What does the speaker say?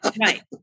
right